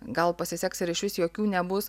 gal pasiseks ir išvis jokių nebus